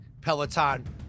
peloton